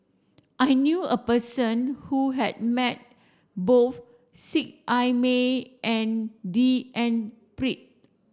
I knew a person who has met both Seet Ai Mee and D N Pritt